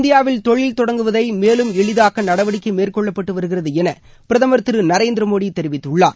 இந்தியாவில் தொழில் தொடங்குவதை மேலும் எளிதாக்க நடவடிக்கை மேற்கொள்ளப்பட்டு வருகிறது என பிரதம் திரு நரேந்திர மோடி தெரிவித்துள்ளார்